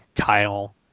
Kyle